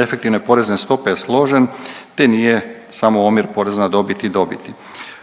efektivne porezne stope je složen te nije samo omjer poreza na dobiti dobiti.